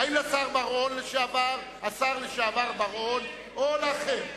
האם לשר לשעבר בר-און או לכם?